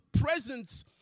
presence